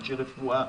אנשי רפואה,